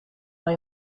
bij